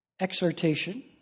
exhortation